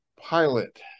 pilot